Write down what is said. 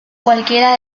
cualquiera